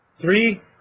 Three